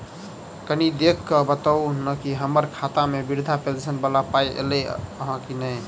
कनि देख कऽ बताऊ न की हम्मर खाता मे वृद्धा पेंशन वला पाई ऐलई आ की नहि?